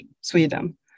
Sweden